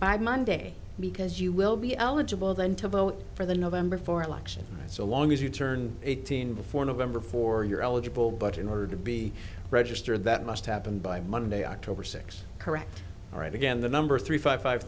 by monday because you will be eligible then to vote for the november fourth election night so long as you turn eighteen before november for your eligible but in order to be registered that must happen by monday october sixth correct all right again the number three five five